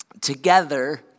together